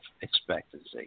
expectancy